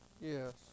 Yes